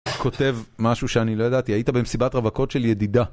כותב משהו שאני לא ידעתי, היית במסיבת רווקות של ידידה.